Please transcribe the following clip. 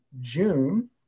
June